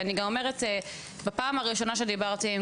ואני גם אומרת בפעם הראשונה שדיברתי עם